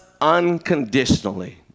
unconditionally